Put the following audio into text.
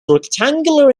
rectangular